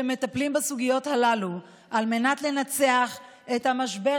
שמטפלים בסוגיות הללו על מנת לנצח את המשבר,